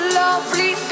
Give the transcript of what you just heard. lovely